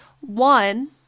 One